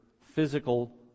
physical